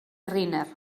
riner